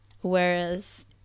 whereas